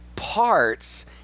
parts